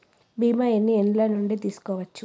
బీమా ఎన్ని ఏండ్ల నుండి తీసుకోవచ్చు?